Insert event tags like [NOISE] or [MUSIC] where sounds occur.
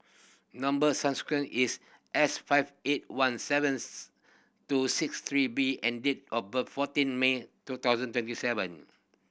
number [UNINTELLIGIBLE] is S five eight one seventh two six three B and date of birth fourteen May two thousand twenty seven